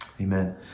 amen